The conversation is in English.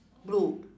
blue